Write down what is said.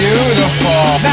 Beautiful